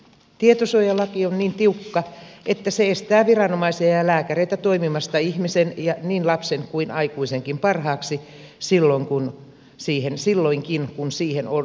tietosuojalaki on niin tiukka että se estää viranomaisia ja lääkäreitä toimimasta ihmisen niin lapsen kuin aikuisenkin parhaaksi silloinkin kun siihen on ilmiselvä tarve